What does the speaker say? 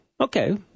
Okay